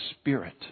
Spirit